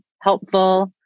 helpful